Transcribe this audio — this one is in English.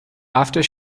after